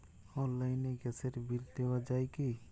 অনলাইনে গ্যাসের বিল দেওয়া যায় কি?